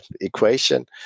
equation